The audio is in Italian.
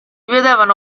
vedevano